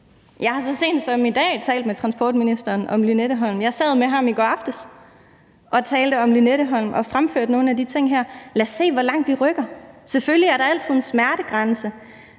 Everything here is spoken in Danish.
Jeg har så sent som i dag talt med transportministeren om Lynetteholm. Jeg sad med ham i går aftes og talte om Lynetteholm og fremførte nogle af de her ting. Lad os se, hvor langt vi rykker. Selvfølgelig er der altid en smertegrænse,